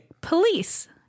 Police